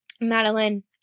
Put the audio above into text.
madeline